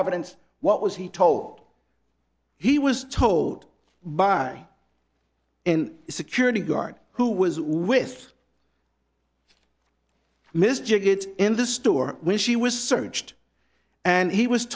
evidence what was he told he was told by in a security guard who was with mr gates in the store when she was searched and he was